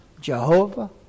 Jehovah